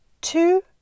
two